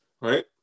right